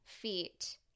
feet